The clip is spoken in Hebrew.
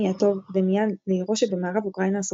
הטוב דמיאן לעירו שבמערב אוקראינה הסובייטית.